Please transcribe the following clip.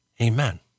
Amen